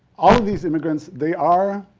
all of these immigrants, they are,